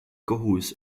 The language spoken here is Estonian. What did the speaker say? kohus